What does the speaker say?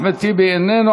אחמד טיבי, איננו.